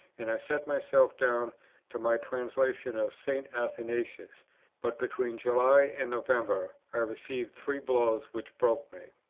and i set myself down to my translation of st. athanasius but, between july and november, i received three blows which broke me.